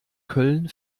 köln